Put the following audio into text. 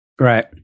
Right